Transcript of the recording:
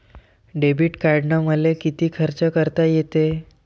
Debit कार्डानं मले किती खर्च करता येते?